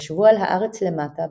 ישבו על הארץ למטה,